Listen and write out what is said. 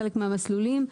בחלק מהמסלולים.